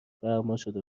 فرماشده